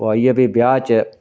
पुआइयै फ्ही ब्याह् च